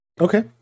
Okay